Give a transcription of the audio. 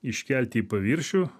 iškelti į paviršių